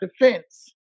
defense